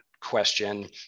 question